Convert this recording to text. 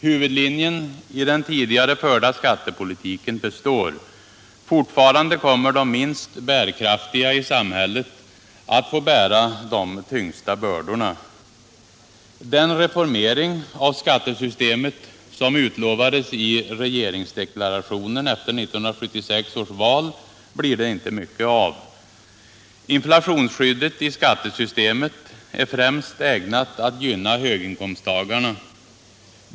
Huvudlinjen i den tidigare förda skattepolitiken består. Fortfarande kommer de minst bärkraftiga i samhället att få bära de tyngsta bördorna. Den reformering av skattesystemet som utlovades i regeringsdeklarationen efter 1976 års val blir det inte mycket av. Inflationsskyddet i skattesystemet är främst ägnat att gynna höginkomsttagarna.